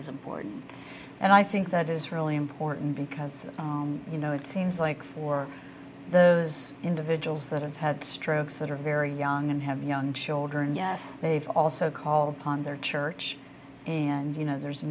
is important and i think that is really important because you know it seems like for the as individuals that have had strokes that are very young and have young children yes they've also called upon their church and you know there's